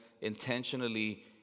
intentionally